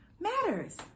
matters